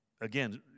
again